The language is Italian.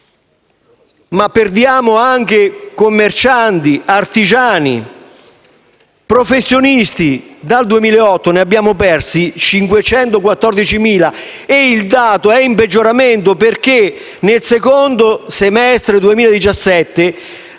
Perdiamo anche commercianti, artigiani e professionisti. Dal 2008 ne abbiamo persi 514.000 e il dato è in peggioramento perché nel secondo semestre 2017